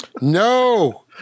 No